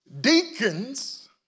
Deacons